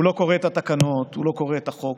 הוא לא קורא את התקנות, הוא לא קורא את החוק,